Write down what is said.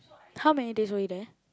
how many days were you there